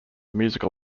musical